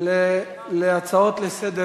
אני מבין שאין הצעה